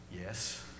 Yes